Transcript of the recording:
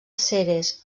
ceres